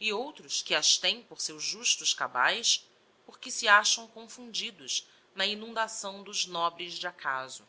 e outros que as tem por seus justos cabaes porque se acham confundidos na inundação dos nobres de acaso